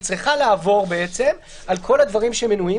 היא צריכה לעבור על כל הדברים שמנויים